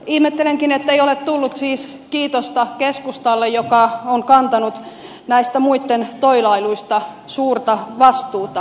ihmettelenkin ettei ole tullut siis kiitosta keskustalle joka on kantanut näistä muitten toilailuista suurta vastuuta